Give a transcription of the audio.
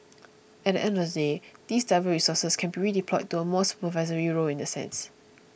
at the end of the day these driver resources can be redeployed to a more supervisory role in that sense